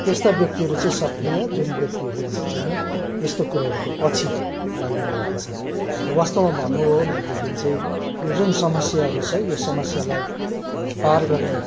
त्यस्ता व्यक्तिहरू चाहिँ सक्रिय जुन व्यक्तिहरू चाहिँ यस्तो कुरोहरूको पछि लागिरहेका छन् र वास्तवमा भन्नु हो भनेदेखि चाहिँ यो जुन समस्याहरू छ यो समस्यालाई पार गर्ने